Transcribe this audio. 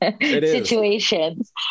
situations